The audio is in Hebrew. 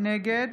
נגד